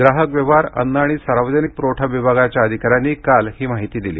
ग्राहक व्यवहार अन्न आणि सार्वजनिक पुरवठा विभागाच्या अधिका यांनी काल ही माहिती दिली